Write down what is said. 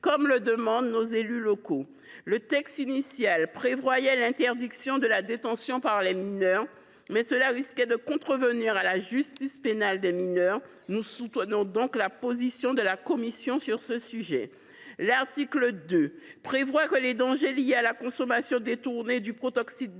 comme le demandent nos élus locaux. Le texte initial prévoyait l’interdiction de la détention par les mineurs, mais une telle mesure risquait de contrevenir à la justice pénale des mineurs. Aussi soutenons nous la position de la commission sur ce sujet. L’article 2 prévoit une sensibilisation aux dangers liés aux usages détournés du protoxyde